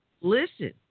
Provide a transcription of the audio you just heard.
listen